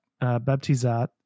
Baptizat